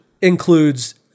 includes